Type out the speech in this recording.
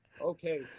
Okay